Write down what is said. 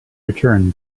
return